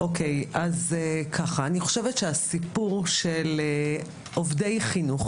הסיפור של עובדי חינוך,